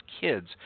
kids